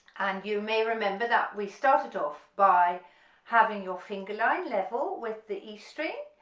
and you may remember that we started off by having your finger line level with the e string,